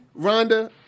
Rhonda